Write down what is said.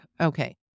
Okay